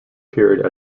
period